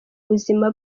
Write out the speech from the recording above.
ubuzima